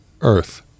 Earth